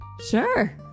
Sure